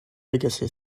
legacy